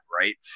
right